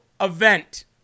event